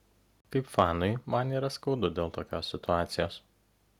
kaip fanui man yra skaudu dėl tokios situacijos